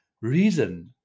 Reason